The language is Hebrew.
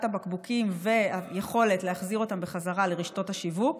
הבקבוקים והיכולת להחזיר אותם לרשתות השיווק,